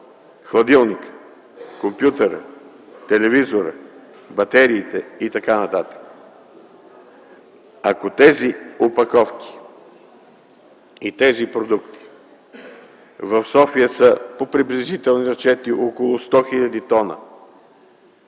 хладилникът; компютърът; телевизорът; батериите и т.н., ако тези опаковки и тези продукти в София, по приблизителни разчети, са около 100 хил. тона,